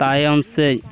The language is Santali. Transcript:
ᱛᱟᱭᱚᱢ ᱥᱮᱫ